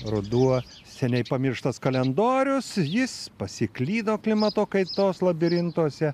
ruduo seniai pamirštas kalendorius jis pasiklydo klimato kaitos labirintuose